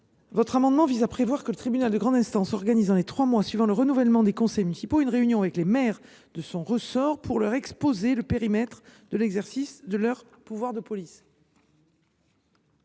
votre amendement vise à prévoir que le tribunal de grande instance organise, dans les trois mois suivant le renouvellement des conseils municipaux, une réunion avec les maires de son ressort pour leur exposer le périmètre de l’exercice de leur pouvoir de police.